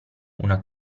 una